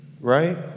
right